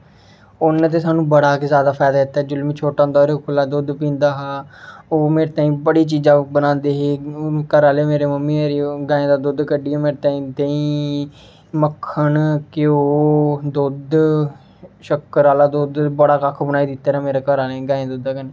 उ'न्ने ते सानूं बड़ा गै जादा फायदा दित्ता ऐ जेल्लै में छोटा होंदा हा ते ओल्लै दुद्ध पींदा हा ओह् मेरे ताहीं बड़ी चीजां बनांदे हे हून घरा आह्ले मम्मी मेरी ओह् गाईं दा दुद्ध कड्ढियै मेरे ताहीं देहीं मक्खन घ्योऽ दुद्ध शक्कर आह्ला दुद्ध बड़ा कक्ख बनाई दित्ते दा मेरे घरे आह्लें गाईं दे दुद्ध कन्नै